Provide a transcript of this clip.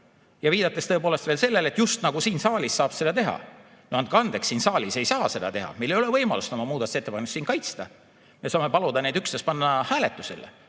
viidates veel sellele, just nagu siin saalis saaks seda teha. No andke andeks, siin saalis ei saa seda teha! Meil ei ole võimalust oma muudatusettepanekuid siin kaitsta. Me saame paluda neid üksnes panna hääletusele,